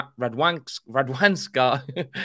Radwanska